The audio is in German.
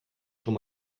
schon